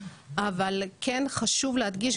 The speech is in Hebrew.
אבל כן חשוב להדגיש,